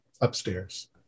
upstairs